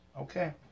Okay